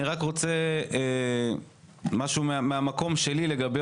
אני רק רוצה לומר משהו מהמקום שלי לגבי